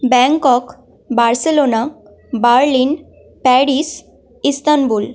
Bangkok Barcelona Berlin Paris Istanbul